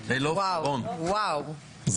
גם אתה תענה.